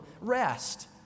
rest